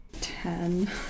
Ten